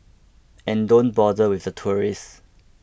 and don't bother with the tourists